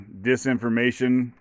disinformation